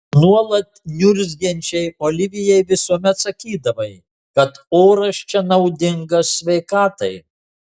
nuolat niurzgančiai olivijai visuomet sakydavai kad oras čia naudingas sveikatai